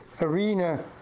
arena